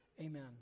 amen